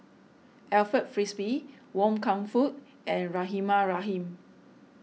Alfred Frisby Wan Kam Fook and Rahimah Rahim